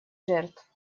жертв